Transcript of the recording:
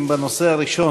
אם בנושא הראשון